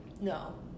no